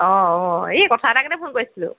অ' এই কথা এটাৰ কাৰণে ফোন কৰিছিলোঁ